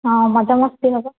ହଁ ମଜାମସ୍ତି ହେବ